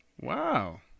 Wow